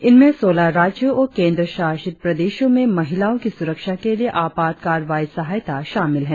इनमें सोलह राज्यों और केंद्र शासित प्रदेशों में महिलाओं की सुरक्षा के लिए आपात कार्रवाई सहायता शामिल हैं